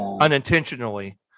unintentionally